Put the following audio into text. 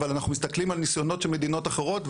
אנחנו מסתכלים על מדינות אחרות,